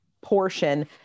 portion